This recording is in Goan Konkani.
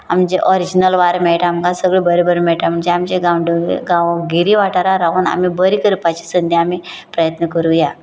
आमचे ऑरिजिनल वारें मेळटा आमकां सगळें बरें बरें मेळटा आमकां जे आमचे गांवडोंगरी गांवगिरी वाठारांत रावून आमी बरी करपाची संदी आमी प्रयत्न करुया